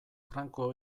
franco